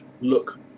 look